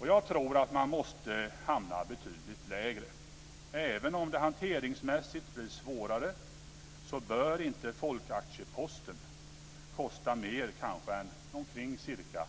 kr. Jag tror att man måste hamna betydligt lägre. Även om det hanteringsmässigt blir svårare bör inte folkaktieposten kosta mer än ca 5 000 kr.